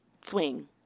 Swing